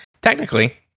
Technically